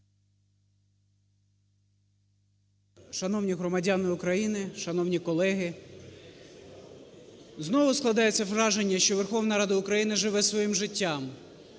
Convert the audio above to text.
Шановні громадяни України, шановні колеги! Знову складається враження, що Верховна Рада України живе своїм життям.